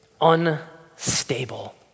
unstable